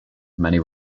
many